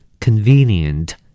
Convenient